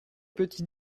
petit